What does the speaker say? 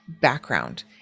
background